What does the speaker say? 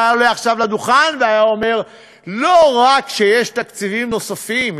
הוא היה עולה עכשיו לדוכן והיה אומר: לא רק שיש תקציבים נוספים,